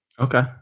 Okay